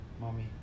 Mommy